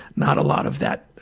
not a lot of that